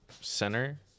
center